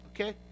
okay